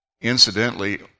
Incidentally